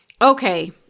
Okay